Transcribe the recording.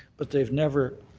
but they've never